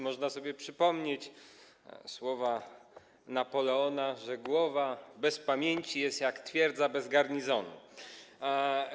można sobie przypomnieć słowa Napoleona, że głowa bez pamięci jest jak twierdza bez garnizonu.